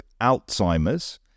alzheimer's